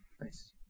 Nice